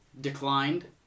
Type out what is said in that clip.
declined